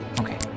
Okay